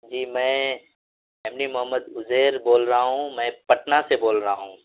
جی میں M D Muhammad Uzair بول رہا ہوں میں پٹنہ سے بول رہا ہوں